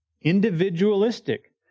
individualistic